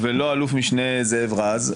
-- ולא אל"מ זאב רז.